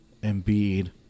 Embiid